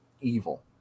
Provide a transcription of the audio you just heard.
evil